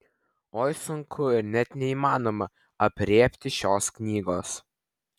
oi sunku ir net neįmanoma aprėpti šios knygos